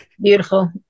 beautiful